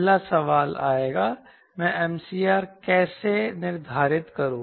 पहला सवाल आएगा मैं MCR कैसे निर्धारित करूं